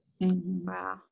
Wow